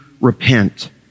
repent